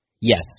yes